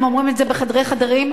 הם אומרים את זה בחדרי חדרים,